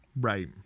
Right